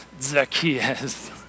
Zacchaeus